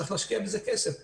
צריך להשקיע כסף בזה.